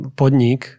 podnik